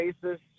basis